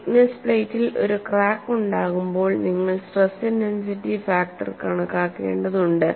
thickness പ്ലേറ്റിൽ ഒരു crack ഉണ്ടാകുമ്പോൾ നിങ്ങൾ സ്ട്രെസ് ഇന്റൻസിറ്റി ഫാക്ടർ കണക്കാക്കേണ്ടതുണ്ട്